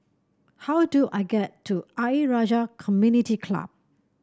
how do I get to Ayer Rajah Community Club